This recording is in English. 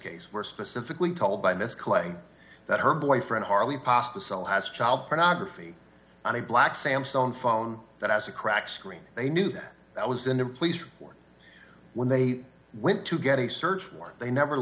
case were specifically told by miss clay that her boyfriend harley pasta still has child pornography on a black samsung phone that has a cracked screen they knew that that was in the police report when they went to get a search warrant they never